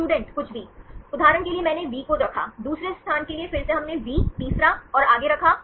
student कुछ भी उदाहरण के लिए मैंने V को रखा दूसरे स्थान के लिए फिर से हमने V तीसरा और आगे रखा